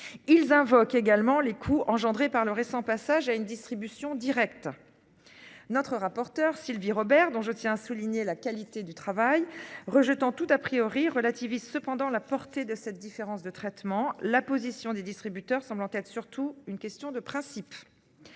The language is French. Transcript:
Ils invoquent également les coûts engendrés par le récent passage à une distribution directe. Notre rapporteur Sylvie Robert dont je tiens à souligner la qualité du travail. Rejetant tout a priori relativise cependant la portée de cette différence de traitement. La position des distributeurs semblant tête surtout une question de principe.